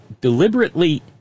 Deliberately